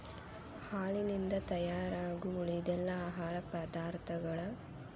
ಹಾಲಿನಿಂದ ತಯಾರಾಗು ಉಳಿದೆಲ್ಲಾ ಆಹಾರ ಪದಾರ್ಥಗಳ